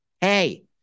Hey